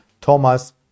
Thomas